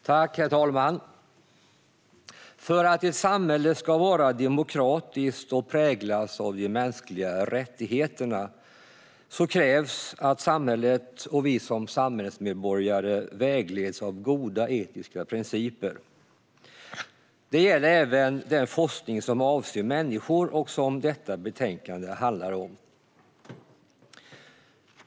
Herr talman! För att ett samhälle ska vara demokratiskt och präglas av de mänskliga rättigheterna krävs att samhället och vi som samhällsmedborgare vägleds av goda etiska principer. Det gäller även den forskning som avser människor och som detta betänkande handlar om.